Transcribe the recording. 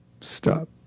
stop